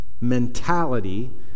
mentality